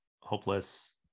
hopeless